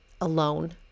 alone